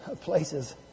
places